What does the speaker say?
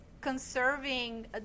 conserving